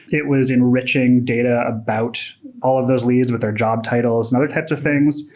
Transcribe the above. it was enriching data about all of those leads with their job titles and other types of things.